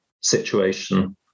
situation